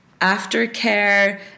aftercare